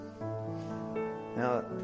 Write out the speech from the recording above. Now